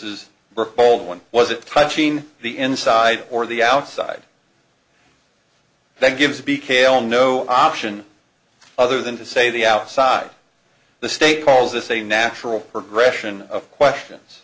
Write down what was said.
baldwin was it touching the inside or the outside then gives be cayle no option other than to say the outside the state calls this a natural progression of questions